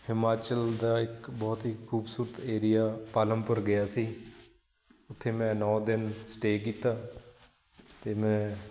ਹਿਮਾਚਲ ਦਾ ਇੱਕ ਬਹੁਤ ਹੀ ਖੂਬਸੂਰਤ ਏਰੀਆ ਪਾਲਮਪੁਰ ਗਿਆ ਸੀ ਉੱਥੇ ਮੈਂ ਨੌ ਦਿਨ ਸਟੇਅ ਕੀਤਾ ਅਤੇ ਮੈਂ